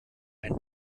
ein